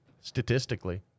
statistically